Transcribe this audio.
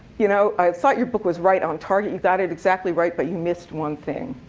you know i thought your book was right on target, you got it exactly right, but you missed one thing.